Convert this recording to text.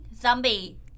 Zombie